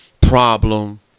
problem